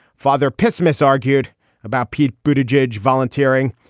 father pessimist's argued about pete budo jej volunteering.